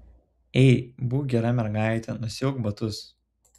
ei būk gera mergaitė nusiauk batus